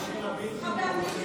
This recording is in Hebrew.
זה יפגע באנשים הבלתי-מיוצגים.